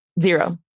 zero